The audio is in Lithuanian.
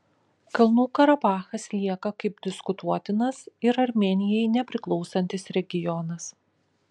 kalnų karabachas lieka kaip diskutuotinas ir armėnijai nepriklausantis regionas